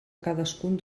cadascun